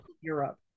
Europe